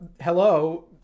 hello